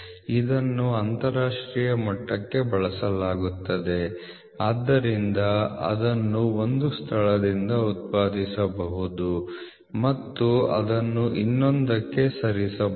ಇದನ್ನು ಅಂತರರಾಷ್ಟ್ರೀಯ ಮಟ್ಟಕ್ಕೆ ಬಳಸಲಾಗುತ್ತದೆ ಇದರಿಂದ ಅದನ್ನು ಒಂದು ಸ್ಥಳದಿಂದ ಉತ್ಪಾದಿಸಬಹುದು ಮತ್ತು ಅದನ್ನು ಇನ್ನೊಂದಕ್ಕೆ ಸರಿಸಬಹುದು